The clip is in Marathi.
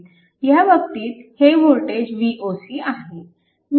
तर ह्या बाबतीत हे वोल्टेज Voc आहे